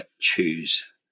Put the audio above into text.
choose